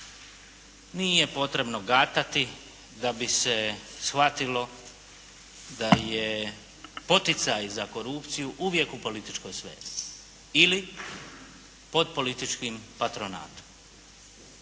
Nije potrebno gatati da bi se shvatilo da je poticaj za korupciju uvijek u političkoj sferi ili pod političkim patronatom.